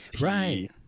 Right